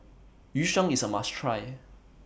Yu Sheng IS A must Try